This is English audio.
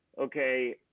okay